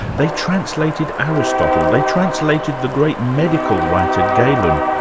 they translated aristotle, they translated the great medical writer, galen,